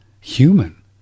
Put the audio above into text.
human